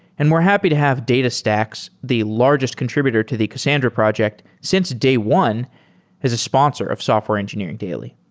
and we're happy to have datas tax, the largest contr ibutor to the cassandra project, since day one as a sponsor of software engineering daily.